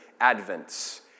advent